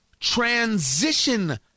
transition